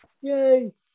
Yay